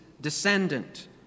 descendant